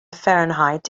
fahrenheit